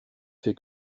fait